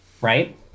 right